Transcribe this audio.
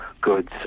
goods